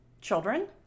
children